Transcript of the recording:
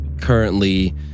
currently